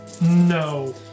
No